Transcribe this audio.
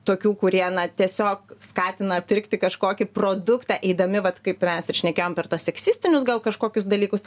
tokių kurie tiesiog skatina pirkti kažkokį produktą eidami vat kaip mes ir šnekėjom per tuos seksistinius gal kažkokius dalykus